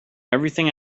everything